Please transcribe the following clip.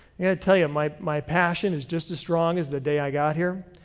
yeah to tell you, my my passion is just as strong as the day i got here.